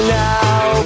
now